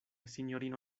sinjorino